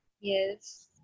Yes